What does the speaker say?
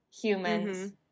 humans